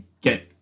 get